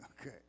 okay